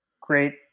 great